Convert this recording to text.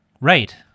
Right